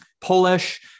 Polish